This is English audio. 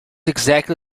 exactly